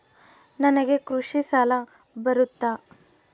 ನನಗೆ ಕೃಷಿ ಸಾಲ ಬರುತ್ತಾ?